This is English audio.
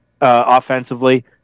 offensively